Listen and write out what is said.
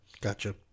Gotcha